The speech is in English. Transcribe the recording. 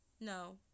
No